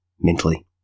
mentally